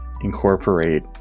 incorporate